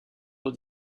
dans